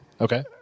Okay